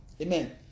Amen